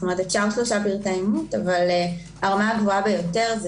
אפשר שלושה פרטי אימות אבל הרמה הגבוהה ביותר זה